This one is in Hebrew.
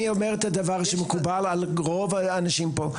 אומר את הדבר שמקובל על רוב האנשים פה,